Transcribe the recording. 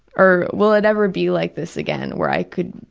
or, will it ever be like this again, where i could